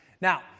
Now